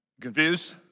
Confused